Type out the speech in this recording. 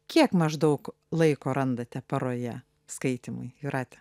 kiek maždaug laiko randate paroje skaitymui jūrate